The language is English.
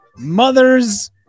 Mothers